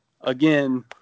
again